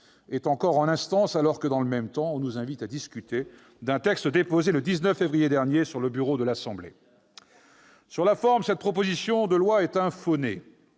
est encore en instance, alors que, dans le même temps, on nous invite à discuter d'un texte déposé le 19 février dernier sur le bureau de l'Assemblée nationale. Hélas ! Sur la forme, cette proposition de loi est un